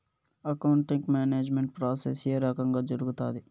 accounting management process ఏ రకంగా జరుగుతాది